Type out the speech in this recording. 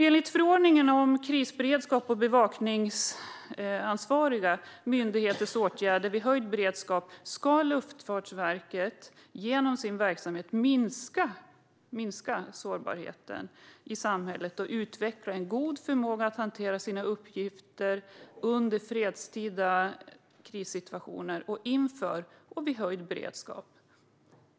Enligt förordningen om krisberedskap och bevakningsansvariga myndigheters åtgärder vid höjd beredskap ska Luftfartsverket genom sin verksamhet minska sårbarheten i samhället och utveckla en god förmåga att hantera sina uppgifter under fredstida krissituationer och inför och vid höjd beredskap.